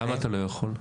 למה אתה לא יכול?